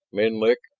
menlik,